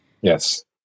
Yes